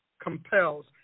compels